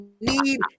need